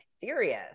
serious